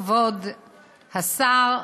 כבוד השר,